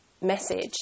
message